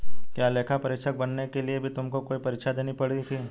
क्या लेखा परीक्षक बनने के लिए भी तुमको कोई परीक्षा देनी पड़ी थी?